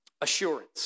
assurance